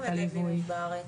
כמה מגדלים יש בארץ?